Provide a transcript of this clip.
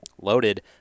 loaded